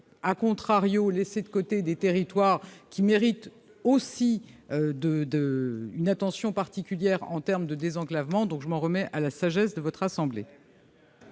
celui de laisser de côté des territoires qui méritent aussi une attention particulière en termes de désenclavement. Le Gouvernement s'en remet à la sagesse de votre assemblée.